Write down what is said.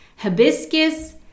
hibiscus